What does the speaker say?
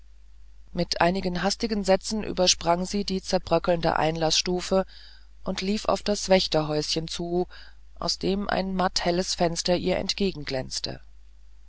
mit einigen hastigen sätzen übersprang sie die zerbröckelnden einlaßstufen und lief auf das wächterhäuschen zu aus dem ein matterhelltes fenster ihr